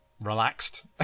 relaxed